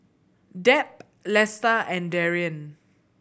Deb Lesta and Darrian